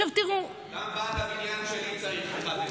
עכשיו תראו, גם ועד הבניין שלי צריך 1.4 מיליון.